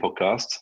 Podcast